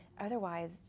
otherwise